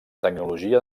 tecnologia